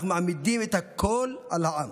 אנחנו מעמידים את הכול על העם.